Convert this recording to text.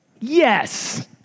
yes